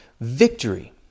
victory